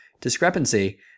discrepancy